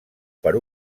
per